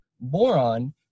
boron